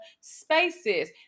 spaces